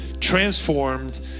transformed